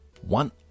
One